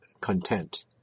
content